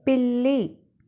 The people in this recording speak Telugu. పిల్లి